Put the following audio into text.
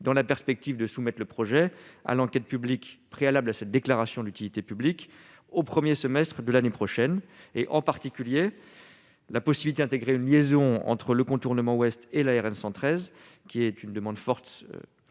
dans la perspective de soumettre le projet à l'enquête publique préalable à cette déclaration d'utilité publique au 1er semestre de l'année prochaine et en particulier la possibilité d'intégrer une liaison entre le contournement ouest et la RN 113 qui est une demande forte